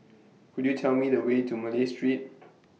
Could YOU Tell Me The Way to Malay Street